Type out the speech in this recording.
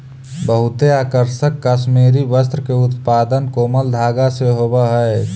बहुते आकर्षक कश्मीरी वस्त्र के उत्पादन कोमल धागा से होवऽ हइ